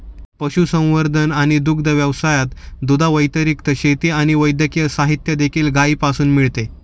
पशुसंवर्धन आणि दुग्ध व्यवसायात, दुधाव्यतिरिक्त, शेती आणि वैद्यकीय साहित्य देखील गायीपासून मिळते